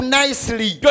nicely